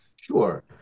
sure